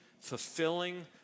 fulfilling